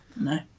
No